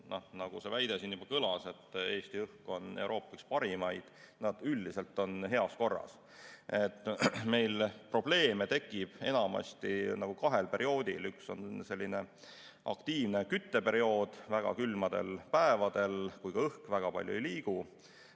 nagu siin juba kõlas, Eesti õhk on üks Euroopa parimaid, üldiselt on [sellega kõik] korras. Meil probleeme tekib enamasti kahel perioodil. Üks on aktiivne kütteperiood väga külmadel päevadel, kui ka õhk väga palju ei liigu,